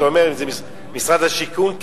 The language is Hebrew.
אתה אומר: משרד השיכון.